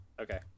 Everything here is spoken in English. okay